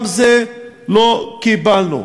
גם זה לא קיבלנו.